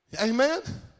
Amen